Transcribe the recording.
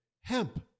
hemp